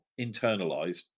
internalized